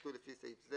שיינקטו לפי סעיף זה,